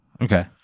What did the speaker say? Okay